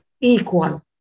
equal